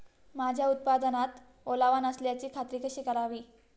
माझ्या उत्पादनात ओलावा नसल्याची खात्री कशी करावी?